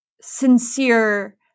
sincere